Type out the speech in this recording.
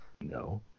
No